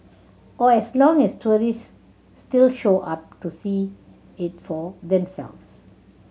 or as long as tourists still show up to see it for themselves